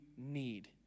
need